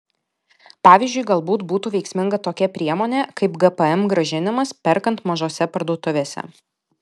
pavyzdžiui galbūt būtų veiksminga tokia priemonė kaip gpm grąžinimas perkant mažose parduotuvėse